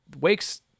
wakes